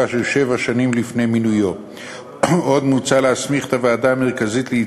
של חמש שנים לפני תחילת ההעסקה בוועדה המרכזית,